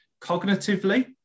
cognitively